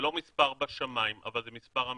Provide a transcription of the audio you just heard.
זה לא מספר בשמיים אבל זה מספר אמתי.